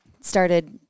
started